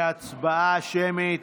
הצבעה שמית